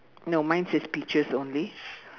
no mine says peaches only